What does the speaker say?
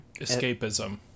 escapism